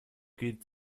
geht